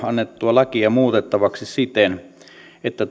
annettua lakia muutettavaksi siten että tuen